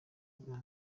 bwa